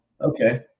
Okay